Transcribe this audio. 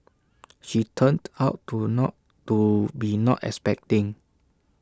she turned out to not to be not expecting